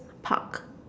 Park